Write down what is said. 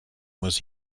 was